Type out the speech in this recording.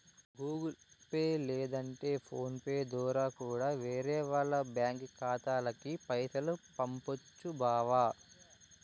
Google Pay లేదంటే PhonePe దోరా కూడా వేరే వాల్ల బ్యాంకి ఖాతాలకి పైసలు పంపొచ్చు బావా